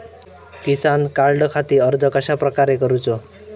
किसान कार्डखाती अर्ज कश्याप्रकारे करूचो?